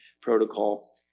protocol